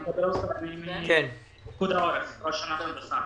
הם מקבלים 700 מיליון שקלים בשנה.